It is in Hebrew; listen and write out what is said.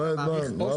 מה הבעיה?